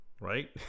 right